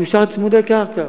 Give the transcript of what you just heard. יאושרו צמודי קרקע.